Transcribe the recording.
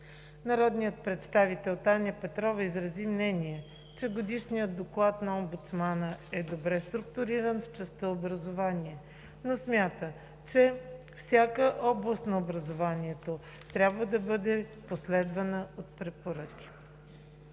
Народният представител Таня Петрова изрази мнение, че Годишният доклад на омбудсмана е добре структуриран в частта „Образование“, но смята, че всяка област на образованието трябва да бъде последвана от препоръки.